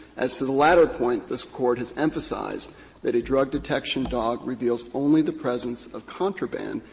as to the latter point, this court has emphasized that a drug detection dog reveals only the presence of contraband,